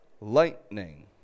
lightning